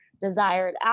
desired